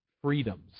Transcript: freedoms